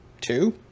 two